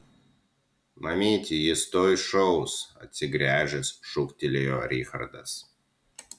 mamyte jis tuoj šaus atsigręžęs šūktelėjo richardas